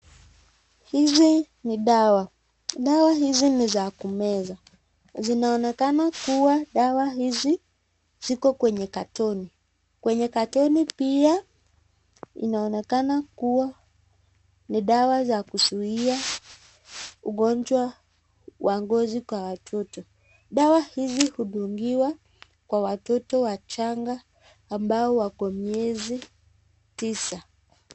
Hizi ni dawa ,dawa hizi ni za kumeza zinaonekana kuwa dawa hizi ziko kwenye katoni , kwenye katoni pia inaonekana kuwa ni dawa za kuzuia ugonjwa wa ngozi kwa watoto ,dawa hizi hudungiwa kwa watoto wachanga ambao wako miezi tisa.